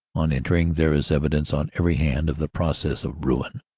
on entering there is evidence on every hand of the process of ruin.